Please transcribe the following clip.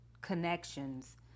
connections